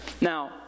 Now